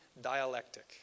dialectic